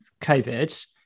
covid